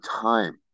time